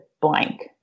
blank